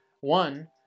One